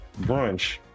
brunch